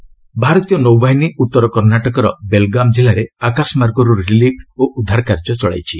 Karnataka flood ଭାରତୀୟ ନୌବାହିନୀ ଉତ୍ତର କର୍ଷ୍ଣାଟକର ବେଲ୍ଗାମ ଜିଲ୍ଲାରେ ଆକାଶମାର୍ଗରୁ ରିଲିଫ ଓ ଉଦ୍ଧାରକାର୍ଯ୍ୟ ଚଳାଇଛି